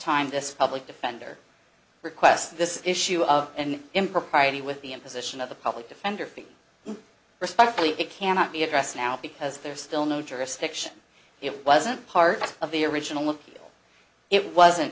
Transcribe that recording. time this public defender requests this issue of an impropriety with the imposition of a public defender and respectfully it cannot be addressed now because there is still no jurisdiction it wasn't part of the original of it wasn't